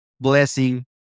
blessing